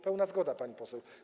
Pełna zgoda, pani poseł.